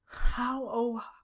how, oh,